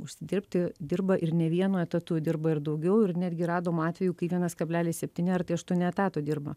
užsidirbti dirba ir ne vienu etatu dirba ir daugiau ir netgi radom atvejų kai vienas kablelis septyni aštuoni etato dirba